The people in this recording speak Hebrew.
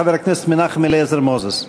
חבר הכנסת מנחם אליעזר מוזס.